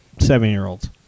seven-year-olds